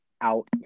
out